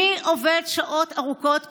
מי עובד שעות ארוכות כאלה?